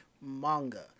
manga